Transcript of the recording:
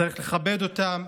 וצריך לכבד אותם.